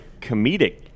comedic